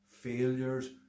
failures